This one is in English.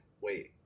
Wait